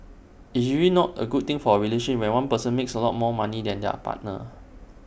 it's usually not A good thing for A relationship when one person makes A lot more money than their partner